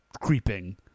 creeping